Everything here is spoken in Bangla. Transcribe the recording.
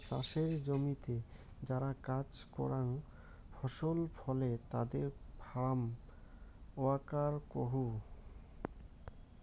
চাসের জমিতে যারা কাজ করাং ফসল ফলে তাদের ফার্ম ওয়ার্কার কুহ